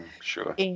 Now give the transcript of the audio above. Sure